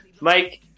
Mike